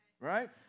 right